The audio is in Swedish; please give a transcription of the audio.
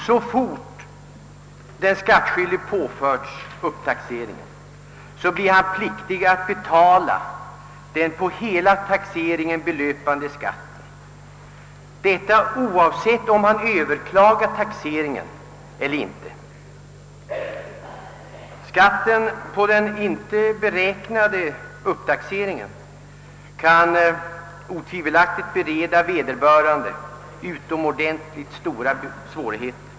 Så fort den skattskyldige påförts upptaxering blir han pliktig att betala den på hela taxeringen belöpande skatten, detta oavsett om han överklagat taxeringen eller inte. Skatten på den icke beräknade upptaxeringen kan otvivelaktigt bereda vederbörande utomordentligt stora svårigheter.